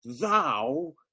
Thou